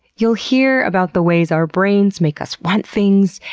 you'll hear about the ways our brains make us want things,